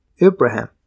Abraham